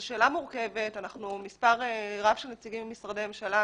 זאת שאלה מורכבת ואנחנו מספר רב של נציגים ממשרדי הממשלה,